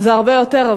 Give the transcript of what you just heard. זה הרבה יותר,